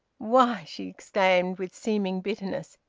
why, she exclaimed, with seeming bitterness,